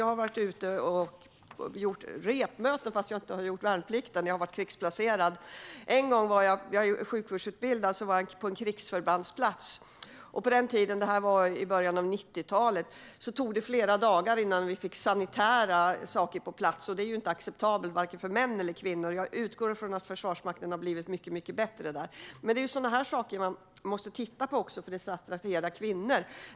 Jag har varit på repmöten och varit krigsplacerad även om jag inte har gjort värnplikt; jag är sjukvårdsutbildad. I början av 90-talet var jag på en krigsförbandsplats, och på den tiden tog det flera dagar innan sanitära saker kom på plats. Det är inte acceptabelt, varken för män eller för kvinnor. Jag utgår från att Försvarsmakten har blivit mycket bättre på sådant. Det är sådana saker man också måste titta på för att attrahera kvinnor.